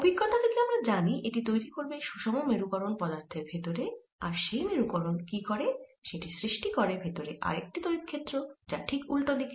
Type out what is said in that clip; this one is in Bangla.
অভিজ্ঞতা থেকে আমরা জানি এটি তৈরি করবে সুষম মেরুকরণ পদার্থের ভেতরে আর সেই মেরুকরণ কি করে সেটি সৃষ্টি করে ভেতরে আরেকটি তড়িৎ ক্ষেত্র যা ঠিক উল্টো দিকে